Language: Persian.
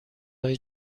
های